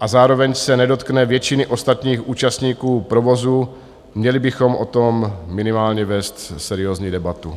a zároveň se nedotkne většiny ostatních účastníků provozu, měli bychom o tom minimálně vést seriózní debatu.